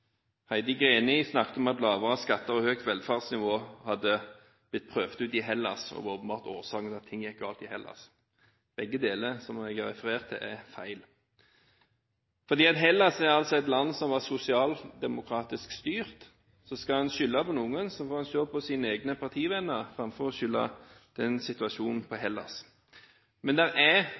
Heidi Greni snakket om at lavere skatter og høyt velferdsnivå har blitt prøvd ut i Hellas, og at det åpenbart var årsaken til at det gikk galt i Hellas. Begge deler som jeg refererte til, er feil. Hellas er et land som var sosialdemokratisk styrt, så skal en skylde på noen, får en heller se på sine egne partivenner framfor å legge skylden for den situasjonen på Hellas. Men det er